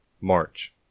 March